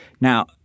Now